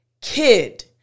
kid